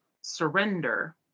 surrender